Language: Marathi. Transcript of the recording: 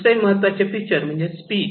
दुसरे महत्त्वाचे फिचर म्हणजे स्पीड